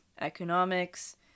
economics